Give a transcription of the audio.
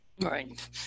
Right